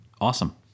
Awesome